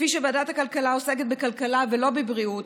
כפי שוועדת הכלכלה עוסקת בכלכלה ולא בבריאות,